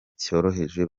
cyoroheje